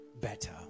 better